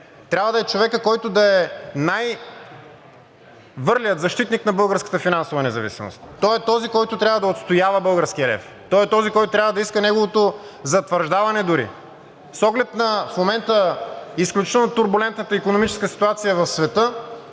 трябва да е човекът, който да е най-върлият защитник на българската финансова независимост. Той е този, който трябва да отстоява българския лев, той е този, който трябва да иска неговото затвърждаване дори. С оглед на в момента изключително турбулентната икономическа ситуация в света